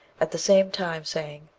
at the same time saying,